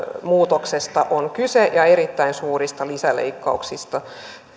muutoksesta on kyse ja erittäin suurista lisäleikkauksista